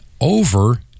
over